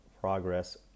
progress